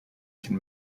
can